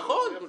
נכון.